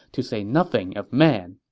to say nothing of man.